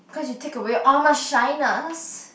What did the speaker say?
cause you take away all my shyness